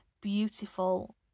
beautiful